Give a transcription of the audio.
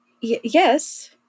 Yes